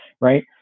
right